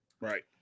Right